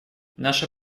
наше